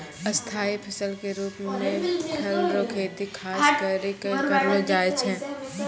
स्थाई फसल के रुप मे फल रो खेती खास करि कै करलो जाय छै